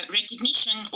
recognition